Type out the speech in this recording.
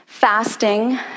Fasting